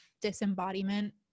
disembodiment